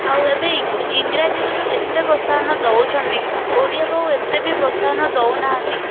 ଆଉ ଏବେ ଇଂରାଜୀକୁ ଯୋଉ ଏତେ ପ୍ରୋତ୍ସାହନ ଦେଉଛନ୍ତି ଓଡ଼ିଆକୁ ଏତେ ବି ପ୍ରୋତ୍ସାହନ ଦେଉନାହାନ୍ତି